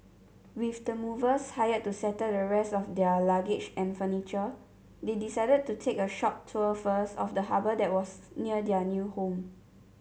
with the movers hired to settle the rest of their luggage and furniture they decided to take a short tour first of the harbour that was near their new home